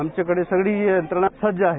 आमच्याकडे सगळी यंत्रणा सज्ज आहे